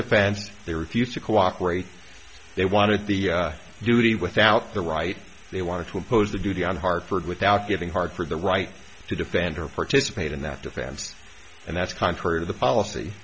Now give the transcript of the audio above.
defense they refused to cooperate they wanted the duty without the right they wanted to impose the duty on hartford without giving hartford the right to defend her participate in that defense and that's contrary to the policy